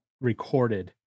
recorded